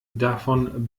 davon